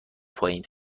پایین